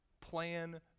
plan